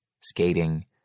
skating